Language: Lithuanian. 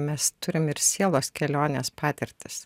mes turim ir sielos kelionės patirtis